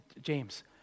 James